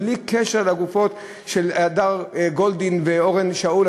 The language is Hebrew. בלי קשר לגופות של הדר גולדין ואורון שאול,